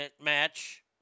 match